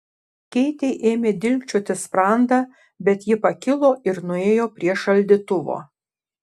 keitei ėmė dilgčioti sprandą bet ji pakilo ir nuėjo prie šaldytuvo